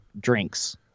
drinks